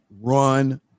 run